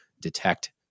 detect